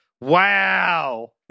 Wow